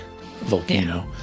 volcano